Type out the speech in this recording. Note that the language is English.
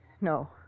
No